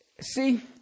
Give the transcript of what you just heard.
See